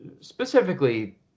specifically –